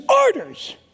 orders